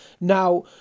Now